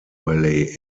valley